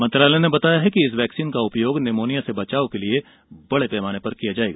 मंत्रालय ने बताया कि इस वैक्सीन का उपयोग निमोनिया से बचाव के लिए बड़े पैमाने पर किया जाएगा